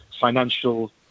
financial